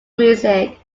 music